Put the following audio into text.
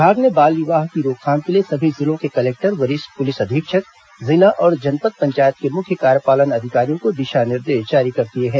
विभाग ने बाल विवाह की रोकथाम के लिए सभी जिलों के कलेक्टर वरिष्ठ पुलिस अधीक्षक जिला और जनपद पंचायत के मुख्य कार्यपालन अधिकारियों को दिशा निर्देश जारी कर दिए हैं